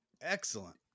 excellent